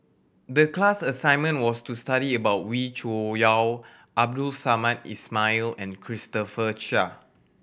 the class assignment was to study about Wee Cho Yaw Abdul Samad Ismail and Christopher Chia